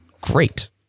Great